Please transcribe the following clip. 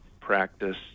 practice